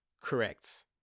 correct